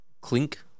clink